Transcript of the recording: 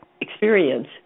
experience